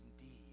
indeed